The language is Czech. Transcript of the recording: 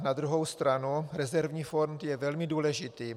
Na druhou stranu rezervní fond je velmi důležitý.